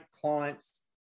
clients